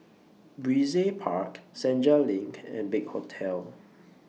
Brizay Park Senja LINK and Big Hotel